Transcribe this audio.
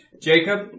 Jacob